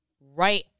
right